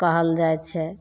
कहल जाइ छै